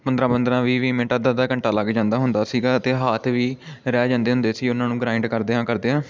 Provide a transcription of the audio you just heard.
ਪੰਦਰਾਂ ਪੰਦਰਾਂ ਵੀਹ ਵੀਹ ਮਿੰਟ ਅੱਧਾ ਅੱਧਾ ਘੰਟਾ ਲੱਗ ਜਾਂਦਾ ਹੁੰਦਾ ਸੀਗਾ ਅਤੇ ਹੱਥ ਵੀ ਰਹਿ ਜਾਂਦੇ ਹੁੰਦੇ ਸੀ ਉਹਨਾਂ ਨੂੰ ਗ੍ਰਾਇੰਡ ਕਰਦਿਆਂ ਕਰਦਿਆਂ